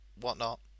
whatnot